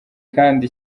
kandi